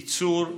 ייצור וכדומה.